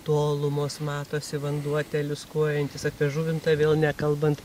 tolumos matosi vanduo teliūskuojantis apie žuvintą vėl nekalbant